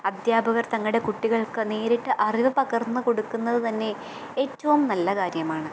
അധ്യാപകർ തങ്ങടെ കുട്ടികൾക്ക് നേരിട്ട് അറിവ് പകർന്നു കൊടുക്കുന്നത് തന്നെ ഏറ്റവും നല്ല കാര്യമാണ്